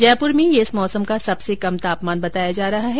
जयपुर में ये इस मौसम का सबसे कम तापमान बतायाजा रहा है